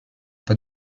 pas